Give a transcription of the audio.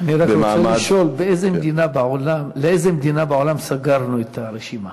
אני רק רוצה לשאול: לאיזו מדינה בעולם סגרנו את הרשימה?